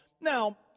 Now